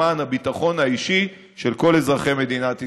למען הביטחון האישי של כל אזרחי מדינת ישראל.